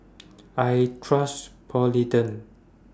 I Trust Polident